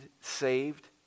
saved